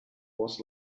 was